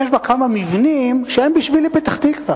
יש בה כמה מבנים שהם בשבילי פתח-תקווה.